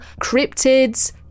cryptids